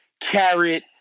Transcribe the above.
carrot